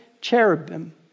cherubim